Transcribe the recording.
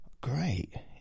Great